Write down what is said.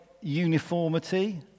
uniformity